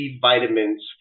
vitamins